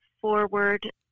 forward